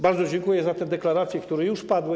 Bardzo dziękuję za te deklaracje, które już padły.